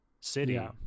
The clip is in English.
city